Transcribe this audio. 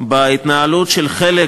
בהתנהלות של חלק